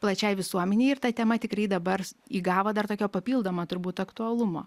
plačiai visuomenei ir ta tema tikrai dabar įgavo dar tokio papildomo turbūt aktualumo